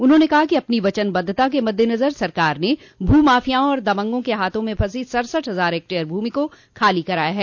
उन्होंने कहा कि अपनी वचनबद्वता के मद्देनजर सरकार ने भू माफियाओं और दबंगों के हाथों में फंसी सड़सठ हजार हेक्टेयर भूमि को खाली कराया है